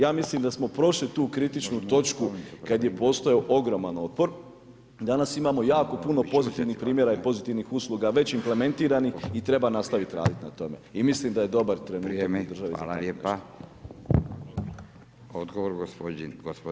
Ja mislim da smo prošli tu kritičnu točku kad je postojao ogroman otpor, danas imamo jako puno pozitivnih primjera i pozitivnih usluga već implementiranih i treba nastaviti raditi na tome i mislim da je dobar trenutak u državi za to.